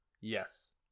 Yes